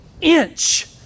inch